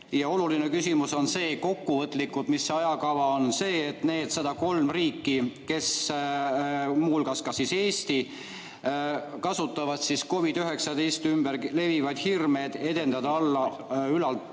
oluline küsimus on kokkuvõtlikult see, mis ajakava on see, et need 103 riiki, muu hulgas ka siis Eesti, kasutavad COVID-19 ümber levivad hirme, et edendada ülalt